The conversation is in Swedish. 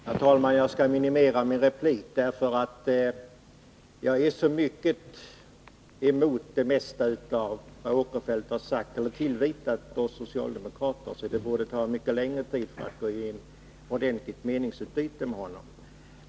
Herr talman! Jag skall minimera min replik, även om jag är så mycket emot det mesta av vad Sven Eric Åkerfeldt sagt och vad han har tillvitat oss socialdemokrater att det borde ta mycket längre tid och kräva ett ordentligt meningsutbyte med honom.